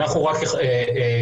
כל עוד זה לא יהיה קיים,